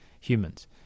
humans